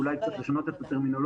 אולי קצת לשנות את הטרמינולוגיה,